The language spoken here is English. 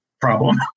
problem